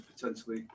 potentially